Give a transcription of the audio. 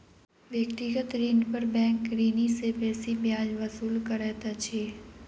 व्यक्तिगत ऋण पर बैंक ऋणी सॅ बेसी ब्याज वसूल करैत अछि